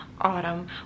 Autumn